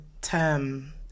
term